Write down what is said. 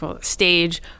stage